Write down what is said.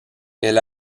elle